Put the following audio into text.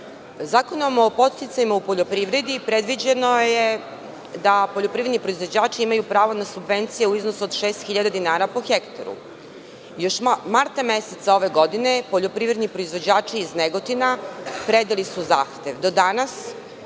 o podsticajima u poljoprivredi predviđeno da poljoprivredni proizvođači imaju pravo na subvencije u iznosu od 6.000 dinara po hektaru. Još marta meseca ove godine poljoprivredni proizvođači iz Negotina predali su zahtev.